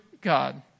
God